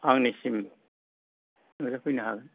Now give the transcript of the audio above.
आंनिसिम नुजाफैनो हागोन